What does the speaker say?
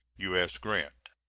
u s. grant.